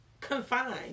confined